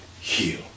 heal